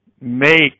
make